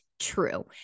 true